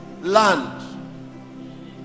land